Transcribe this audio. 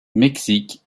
mexique